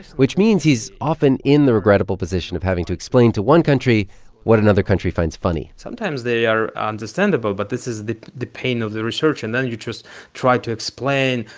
which means he's often in the regrettable position of having to explain to one country what another country finds funny sometimes, they are understandable. but this is the the pain of the research. and then you just try to explain,